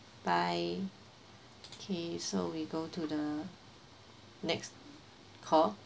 bye okay so we go to the next call